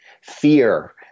fear